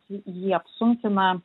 jį apsunkina